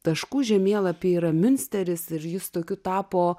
taškų žemėlapy yra miunsteris ir jis tokiu tapo